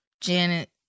Janet